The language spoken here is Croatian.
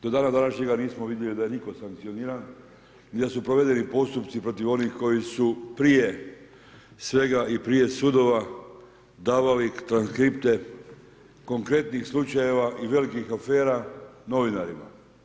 Do dana današnjega nismo vidjeli da je itko sankcioniran i da su provedeni postupci protiv onih koji su prije svega i prije sudova davali transkripte konkretnih slučajeva i velikih afera novinara.